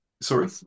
Sorry